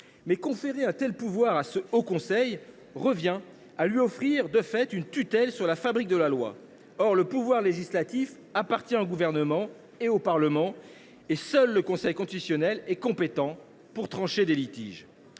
conférer un tel pouvoir à ce haut conseil revient à lui offrir de fait une tutelle sur la fabrique de la loi. Or le pouvoir législatif appartient au Gouvernement et au Parlement, et seul le Conseil constitutionnel est compétent pour trancher les litiges